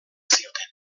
zioten